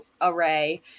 array